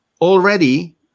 already